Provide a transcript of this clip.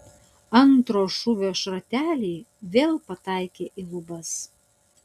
antro šūvio šrateliai vėl pataikė į lubas